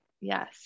yes